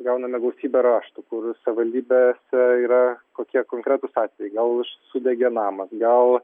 gauname gausybę raštų kur savivaldybėse yra kokie konkretūs atvejai gal sudegė namas gal